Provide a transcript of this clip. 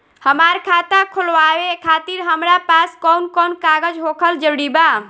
हमार खाता खोलवावे खातिर हमरा पास कऊन कऊन कागज होखल जरूरी बा?